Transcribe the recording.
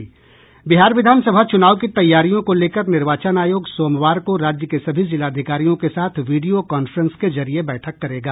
बिहार विधान सभा चुनाव की तैयारियों को लेकर निर्वाचन आयोग सोमवार को राज्य के सभी जिलाधिकारियों के साथ वीडियो कॉफ्रेंस के जरिये बैठक करेगा